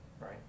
Right